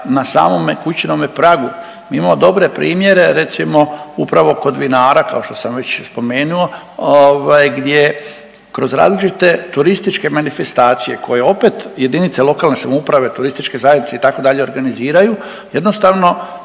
na samome kućnome pragu. Mi imamo dobre primjere recimo upravo kod vinara kao što sam već spomenuo, gdje kroz različite turističke manifestacije koje opet jedinice lokalne samouprave, turističke zajednice itd. organiziraju jednostavno